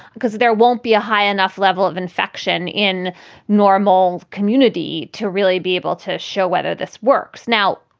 because there won't be a high enough level of infection in normal community to really be able to show whether this works. now,